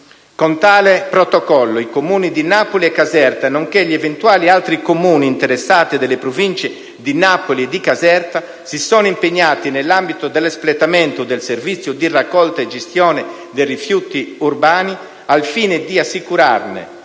Con tale protocollo, i Comuni di Napoli e Caserta, nonché gli eventuali altri Comuni interessati delle province di Napoli e Caserta, si sono impegnati, nell'ambito dell'espletamento del servizio di raccolta e gestione dei rifiuti urbani, al fine di assicurarne